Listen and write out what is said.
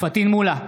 פטין מולא,